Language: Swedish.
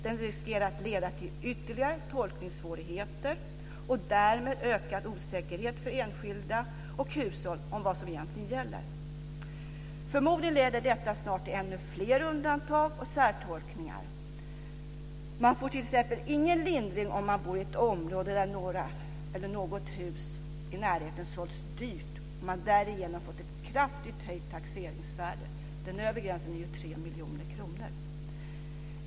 Den riskerar att leda till ytterligare tolkningssvårigheter och därmed ökad osäkerhet för enskilda och hushåll om vad som egentligen gäller. Förmodligen leder detta snart till ännu fler undantag och särtolkningar. Man får t.ex. ingen lindring om man bor i ett område där några eller något hus i närheten sålts dyrt och man därigenom fått ett kraftigt höjt taxeringsvärde. Den övre gränsen är ju 3 miljoner kronor.